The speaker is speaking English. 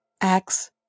Acts